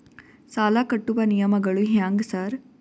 ಸಾಲ ಕಟ್ಟುವ ನಿಯಮಗಳು ಹ್ಯಾಂಗ್ ಸಾರ್?